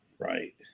Right